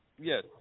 Yes